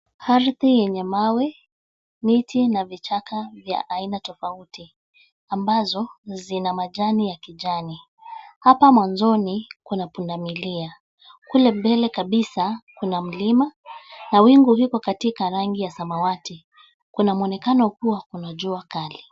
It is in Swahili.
Ardhi yenye mawe, miti na vichaka vya aina tofauti ambazo zina majani ya kijani. Hapa mwanzoni kuna pundamilia kule mbele kabisa kuna mlima na wingu liko katika rangi ya samawati. Kuna mwonekano kuwa kuna jua kali.